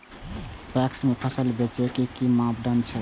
PACS में फसल बेचे के कि मापदंड छै?